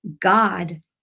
God